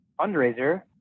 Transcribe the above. fundraiser